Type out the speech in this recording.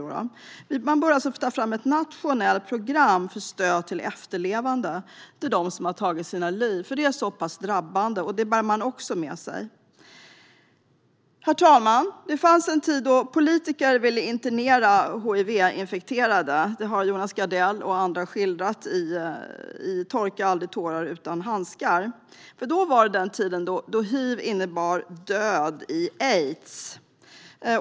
Det bör därför tas fram ett nationellt program för stöd till dessa efterlevande eftersom det är så drabbande och något man bär med sig. Herr talman! Det fanns en tid då politiker ville internera hiv-infekterade. Det har Jonas Gardell skildrat i Torka aldrig tårar utan handskar . Då innebar hiv död i aids.